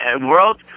world